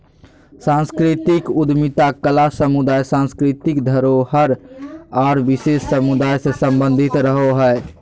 सांस्कृतिक उद्यमिता कला समुदाय, सांस्कृतिक धरोहर आर विशेष समुदाय से सम्बंधित रहो हय